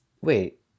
Wait